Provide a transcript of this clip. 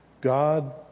God